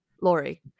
Lori